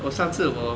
我上次我